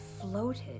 floated